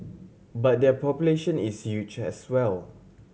but their population is huge as well